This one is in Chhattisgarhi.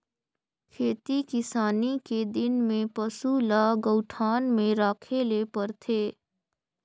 खेती किसानी के दिन में पसू ल गऊठान में राखे ले परथे